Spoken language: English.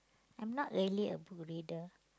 I'm not really a book reader